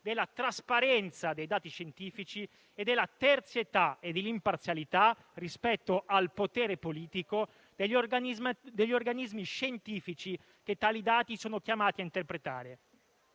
della trasparenza dei dati scientifici e della terzietà e imparzialità rispetto al potere politico degli organismi scientifici che tali dati sono chiamati a interpretare.